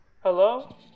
Hello